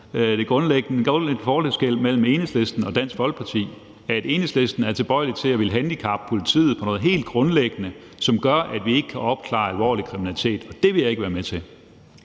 en grundlæggende forskel mellem Enhedslisten og Dansk Folkeparti, hvor Enhedslisten er tilbøjelig til at ville handicappe politiet med hensyn til noget helt grundlæggende, som gør, at vi ikke kan opklare alvorlig kriminalitet, mens jeg ikke vil være med til